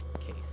case